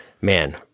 man